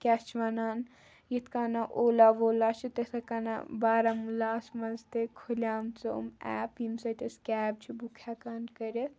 کیٛاہ چھِ وَنان یِتھ کَنہٕ اولا وولا چھِ تِتھَے کَنہ بارہمولاہَس منٛز تہِ کھُلیمٕژ یِم ایپ ییٚمہِ سۭتۍ أسۍ کیب چھِ بُک ہٮ۪کان کٔرِتھ